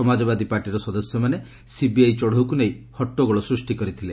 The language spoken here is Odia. ସମାଜବାଦୀ ପାର୍ଟିର ସଦସ୍ୟମାନେ ସିବିଆଇ ଚଢ଼ଉକୁ ନେଇ ହଟଗୋଳ ସୃଷ୍ଟି କରିଥିଲେ